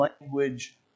language